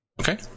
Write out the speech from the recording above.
Okay